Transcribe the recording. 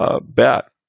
bet